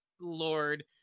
lord